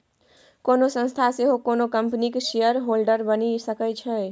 कोनो संस्था सेहो कोनो कंपनीक शेयरहोल्डर बनि सकै छै